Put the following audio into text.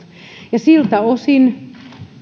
siltä osin